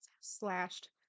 slashed